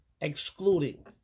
excluding